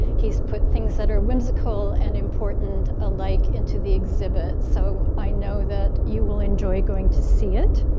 he's put things that are whimsical and important alike into the exhibit, so i know that you will enjoy going to see it.